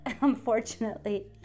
unfortunately